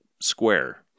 square